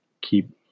keep